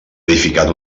edificat